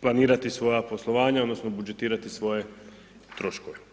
planirati svoja poslovanja odnosno budžetirati svoje troškove.